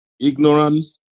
ignorance